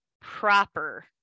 proper